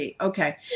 Okay